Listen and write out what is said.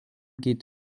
geht